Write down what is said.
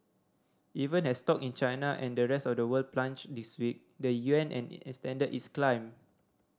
even as stock in China and the rest of the world plunged this week the yuan has extended its climb